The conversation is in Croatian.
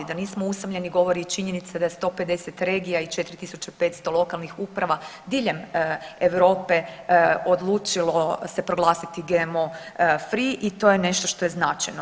Da nismo usamljeni govori i činjenica da je 150 regija i 4.500 lokalnih uprava diljem Europe odlučilo se proglasiti GMO free i to je nešto što je značajno.